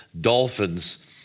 dolphins